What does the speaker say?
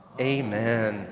Amen